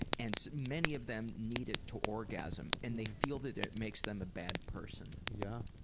and many of them need it to orgasm and they feel that it makes them a bad person. yeah.